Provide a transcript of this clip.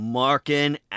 marking